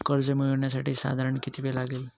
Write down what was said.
कर्ज मिळविण्यासाठी साधारण किती वेळ लागेल?